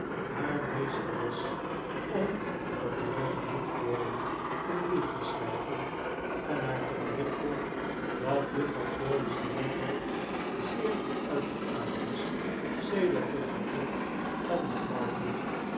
harer meesteres om mevrouw bute crawley een brief te schrijven en haar te berichten dat juffrouw crawley's gezondheid zeer vooruitgegaan was sedert het vertrek van mevrouw bute